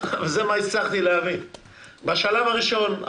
זה מה שהצלחתי להביא בשלב הראשון.